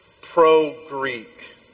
pro-Greek